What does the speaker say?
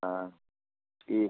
हाँ ठीक है